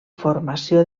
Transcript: formació